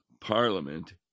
parliament